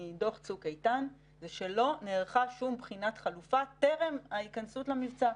מדוח צוק איתן הוא שלא נערכה שום בחינת חלופה טרם הכניסה למבצע.